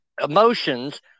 Emotions